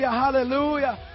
hallelujah